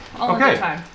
Okay